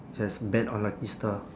yes bet on lucky star